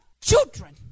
children